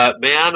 man